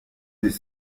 vieux